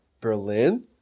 Berlin